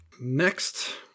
Next